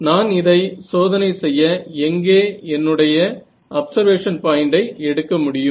நான் இதை சோதனை செய்ய எங்கே என்னுடைய அப்சர்வேஷன் பாய்ண்டை எடுக்க முடியும்